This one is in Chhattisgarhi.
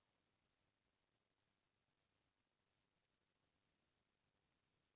धान के फसल म पानी के कतना मात्रा पलोय बर लागथे?